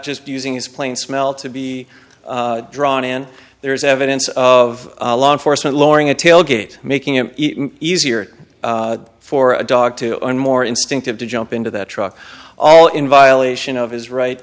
just using his plain smell to be drawn and there is evidence of law enforcement lowering a tailgate making it easier for a dog to and more instinctive to jump into that truck all in violation of his right